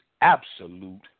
absolute